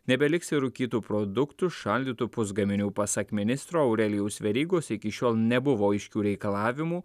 nebeliks ir rūkytų produktų šaldytų pusgaminių pasak ministro aurelijaus verygos iki šiol nebuvo aiškių reikalavimų